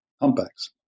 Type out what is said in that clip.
humpbacks